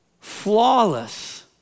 flawless